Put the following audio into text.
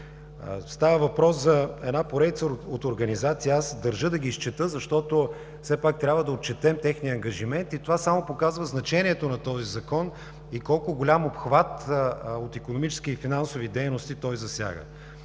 Става въпрос за една поредица от организации. Държа да ги изчета, защото все пак трябва да отчетем техния ангажимент, и това само показва значението на този Закон и колко голям обхват от икономически и финансови дейности той засяга.